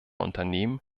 unternehmen